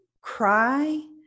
cry